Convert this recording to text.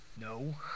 No